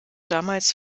damals